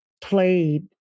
played